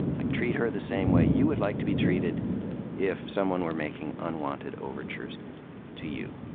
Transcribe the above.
like treat her the same way you would like to be treated if someone were making unwanted overtures to you.